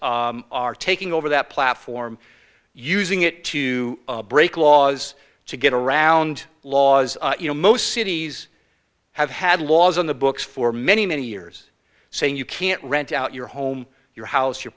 are taking over that platform using it to break laws to get around laws you know most cities have had laws on the books for many many years saying you can't rent out your home your house your